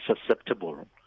susceptible